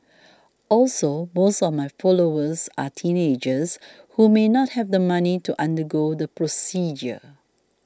also most of my followers are teenagers who may not have the money to undergo the procedure